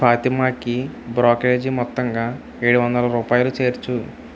ఫాతిమాకి brokerage మొత్తంగా ఏడు వందల రూపాయలు చేర్చు